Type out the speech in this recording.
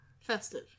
Festive